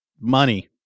money